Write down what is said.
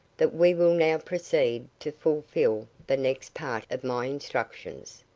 that we will now proceed to fulfil the next part of my instructions.